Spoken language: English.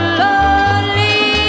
lonely